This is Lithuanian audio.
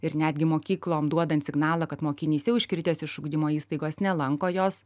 ir netgi mokyklom duodant signalą kad mokinys jau iškritęs iš ugdymo įstaigos nelanko jos